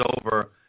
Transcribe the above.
over